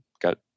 got